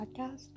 Podcast